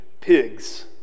pigs